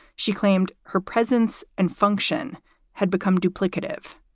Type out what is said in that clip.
she claimed her presence and function had become duplicative.